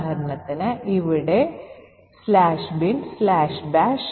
buffer 2 ന്റെ 22 ബൈറ്റുകളുടെ പരിധി കവിയുന്നതിനാൽ ഒരു ബഫർ ഓവർഫ്ലോ ഉണ്ടാകും